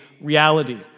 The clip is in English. reality